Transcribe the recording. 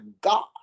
God